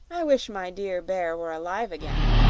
i wish my dear bear were alive again